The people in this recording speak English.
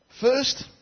First